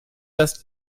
dass